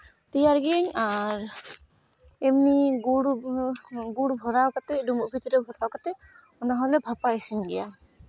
ᱛᱮᱭᱟᱨ ᱜᱮᱭᱟᱹᱧ ᱟᱨ ᱮᱢᱱᱤ ᱜᱩᱲ ᱦᱚᱸ ᱜᱩᱲ ᱵᱷᱚᱨᱟᱣ ᱠᱟᱛᱮᱫ ᱰᱩᱢᱵᱩᱜ ᱵᱷᱤᱛᱤᱨ ᱨᱮ ᱵᱷᱚᱨᱟᱣ ᱠᱟᱛᱮᱫ ᱚᱱᱟ ᱦᱚᱸᱞᱮ ᱵᱷᱟᱯᱟ ᱤᱥᱤᱱ ᱜᱮᱭᱟ